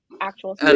actual